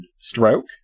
stroke